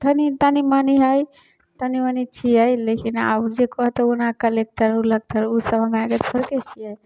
तनि तनि मनि हइ तनि मनि छिए लेकिन आब जे कहतै ओना कलेक्टर उलेक्टर ओसब हमरा आरके थोड़के छिए